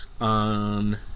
on